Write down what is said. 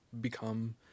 become